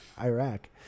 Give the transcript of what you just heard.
Iraq